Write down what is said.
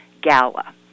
Gala